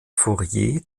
fourier